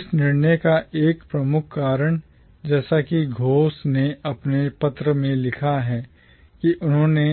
इस निर्णय का एक प्रमुख कारण जैसा कि Ghos घोष ने अपने पत्र में लिखा है कि उन्होंने